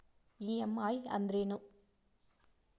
EMI ಅಂದ್ರೇನು?